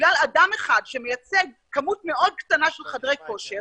שבגלל אדם אחד שמייצג כמות מאוד קטנה של חדרי כושר